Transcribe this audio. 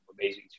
amazing